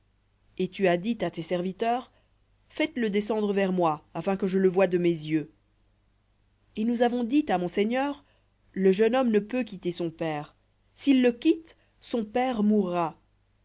et tu as dit à tes serviteurs faites-le descendre vers moi afin que je le voie de mes yeux et nous avons dit à mon seigneur le jeune homme ne peut quitter son père s'il le quitte son père mourra